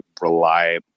rely